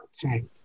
Tank